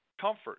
comfort